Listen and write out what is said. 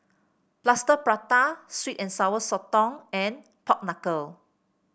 Plaster Prata sweet and Sour Sotong and Pork Knuckle